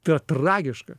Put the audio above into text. ta tragiška